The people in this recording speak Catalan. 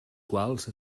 quals